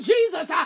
Jesus